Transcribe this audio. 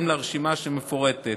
בהתאם לרשימה מפורטת